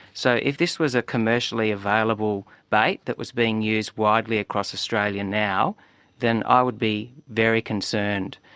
so if this was a commercially available bait that was being used widely across australia now then i would be very concerned.